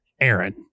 Aaron